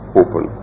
open